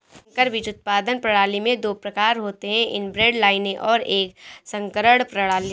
संकर बीज उत्पादन प्रणाली में दो प्रकार होते है इनब्रेड लाइनें और एक संकरण प्रणाली